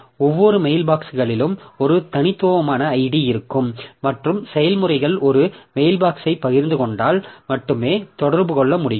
ஒவ்வொரு மெயில்பாக்ஸ்களிலும் ஒரு தனித்துவமான id இருக்கும் மற்றும் செயல்முறைகள் ஒரு மெயில்பாக்ஸ்யைப் பகிர்ந்து கொண்டால் மட்டுமே தொடர்பு கொள்ள முடியும்